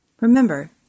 Remember